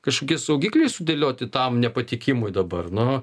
kažkokie saugikliai sudėlioti tam nepatikimui dabar nu